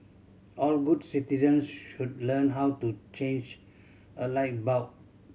all good citizens should learn how to change a light bulb